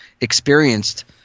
experienced